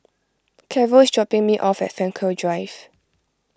Carol is dropping me off at Frankel Drive